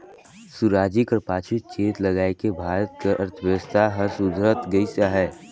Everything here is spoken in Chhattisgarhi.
सुराजी कर पाछू चेत लगाएके भारत कर अर्थबेवस्था हर सुधरत गइस अहे